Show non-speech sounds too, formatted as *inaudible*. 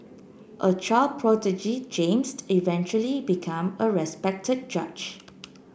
a child prodigy James *unintelligible* eventually become a respected judge